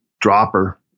dropper